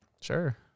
Sure